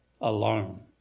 alone